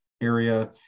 area